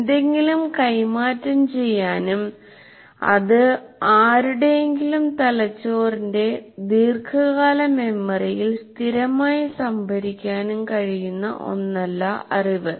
എന്തെങ്കിലും കൈമാറ്റം ചെയ്യാനും അത് ആരുടെയെങ്കിലും തലച്ചോറിന്റെ ദീർഘകാല മെമ്മറിയിൽ സ്ഥിരമായി സംഭരിക്കാനും കഴിയുന്ന ഒന്നല്ല അറിവ്